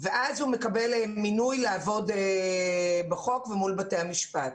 ואז הוא מקבל מינוי לעבוד בחוק ומול בתי המשפט.